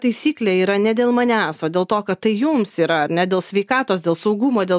taisyklė yra ne dėl manęs o dėl to kad tai jums yra ane dėl sveikatos dėl saugumo dėl